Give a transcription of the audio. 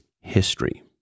history